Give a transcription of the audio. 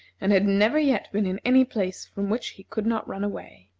and had never yet been in any place from which he could not run away.